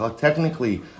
technically